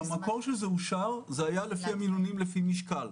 במקום שזה אושר, זה היה לפי המינונים לפי משקל.